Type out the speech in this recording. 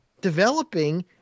developing